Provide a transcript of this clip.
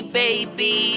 baby